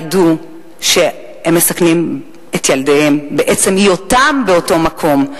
ידעו שהם מסכנים את ילדיהם בעצם היותם באותו מקום.